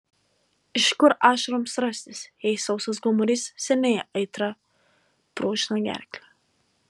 iš kur ašaroms rastis jei sausas gomurys seniai aitra brūžina gerklę